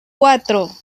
cuatro